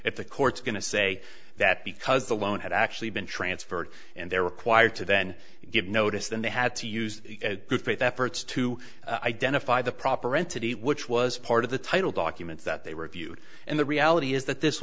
at the court's going to say that because the loan had actually been transferred and they're required to then give notice then they had to use good faith efforts to identify the proper entity which was part of the title documents that they reviewed and the reality is that this